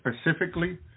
specifically